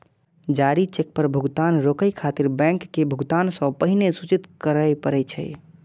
जारी चेक पर भुगतान रोकै खातिर बैंक के भुगतान सं पहिने सूचित करय पड़ै छै